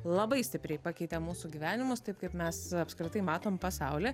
labai stipriai pakeitė mūsų gyvenimus taip kaip mes apskritai matom pasaulį